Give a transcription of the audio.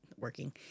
working